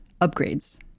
upgrades